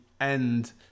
end